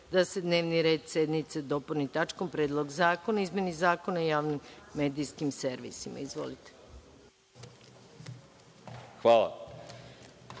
da se dnevni red sednice dopuni tačkom – Predlog zakona o izmeni Zakona o javnim medijskim servisima. Izvolite. **Marko